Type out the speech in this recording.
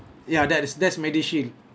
ya that is that's MediShield